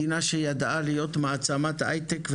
מדינה שידעה להיות מעצמת הייטק,